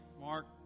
Mark